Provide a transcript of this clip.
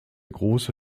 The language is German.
große